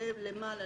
עולה למעלה